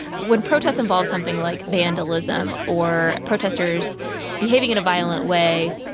when protests involve something like vandalism or protesters behaving in a violent way,